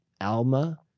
Alma